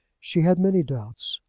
she had many doubts.